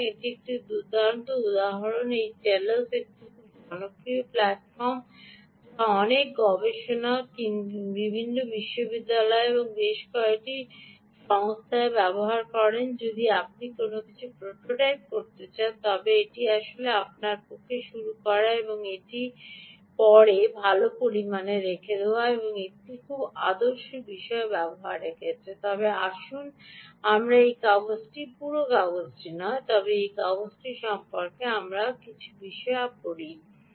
সুতরাং একটি দুর্দান্ত উদাহরণ এই টেলোস একটি খুব জনপ্রিয় প্ল্যাটফর্ম যা অনেক গবেষকরা বিভিন্ন বিশ্ববিদ্যালয় এবং বেশ কয়েকটি সংস্থায় ব্যবহার করেন যদি আপনি কোনও কিছু প্রোটোটাইপ করতে চান তবে এটি আসলে আপনার পক্ষে শুরু করা এবং এটির পরে ভাল পরিমাণে রেখে দেওয়া একটি খুব আদর্শ বিষয় ব্যবহারের ক্ষেত্রে তবে আসুন আমরা এই কাগজটি পুরো কাগজটি নয় তবে এই কাগজটি সম্পর্কে এখানে মূল বিষয়গুলি পড়ি